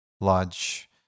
large